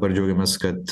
dabar džiaugiamės kad